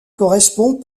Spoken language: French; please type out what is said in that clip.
correspond